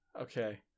Okay